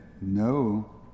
no